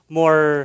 more